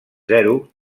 zero